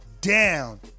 down